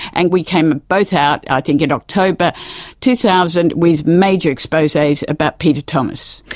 and we came both out i think in october two thousand with major exposes about peter thomas.